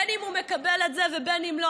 בין שהוא מקבל את זה ובין שלא.